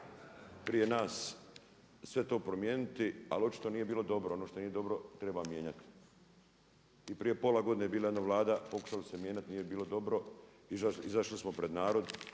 prije nas sve to promijeniti ali očito nije bilo dobro a ono što nije treba mijenjati. I prije pola godine je bila jedna Vlada, pokušalo se mijenjati, nije bilo dobro, izašli smo pred narod,